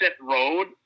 road